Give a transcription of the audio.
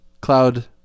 Cloud